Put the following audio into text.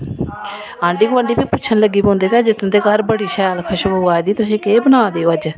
ते आंढ़ी गोआंढ़ी बी पुच्छदे की अज्ज तुंदे बड़ी खुश्बू आवा दी केह् बना दे ओह् अज्ज